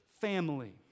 family